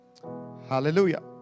Hallelujah